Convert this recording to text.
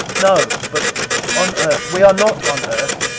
no. but on earth we are not on earth.